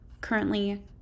currently